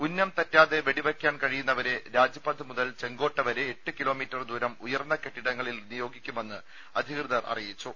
ഉന്നം തെറ്റാതെ വെടിവയ്ക്കാൻ കഴിയുന്നവരെ രാജ്പഥ് മുതൽ ചെങ്കോട്ട വരെ എട്ട് കിലോമീറ്റർ ദൂരം ഉയർന്ന കെട്ടിടങ്ങളിൽ നിയോഗിക്കുമെന്ന് അധികൃതർ അറിയിച്ചു